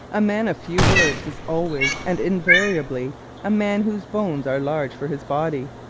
a man of few words is always and invariably a man whose bones are large for his body.